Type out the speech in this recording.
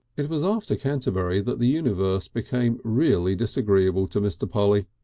it was after canterbury that the universe became really disagreeable to mr. polly.